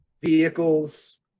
vehicles